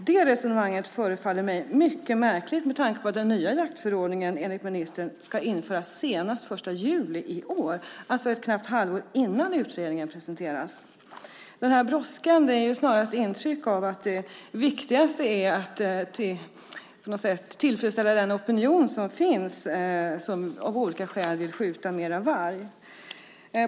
Det resonemanget förefaller mig mycket märkligt med tanke på att den nya jaktförordningen enligt ministern ska införas senast den 1 juli i år, alltså knappt ett halvår innan utredningen presenteras. Denna brådska ger snarast ett intryck av att det viktigaste är att på något sätt tillfredsställa den opinion som finns och som av olika skäl är för att skjuta mer varg.